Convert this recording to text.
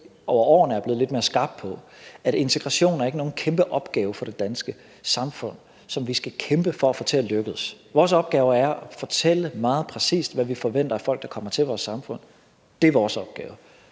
over årene er blevet lidt mere skarp på, nemlig at integration ikke er nogen kæmpe opgave for det danske samfund, som vi skal kæmpe for at få til at lykkes. Vores opgave er at fortælle meget præcist, hvad vi forventer af folk, der kommer til vores samfund. Det er vores opgave.